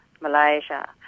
Malaysia